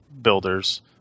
builder's